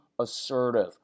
assertive